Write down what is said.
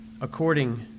according